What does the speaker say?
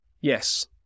Yes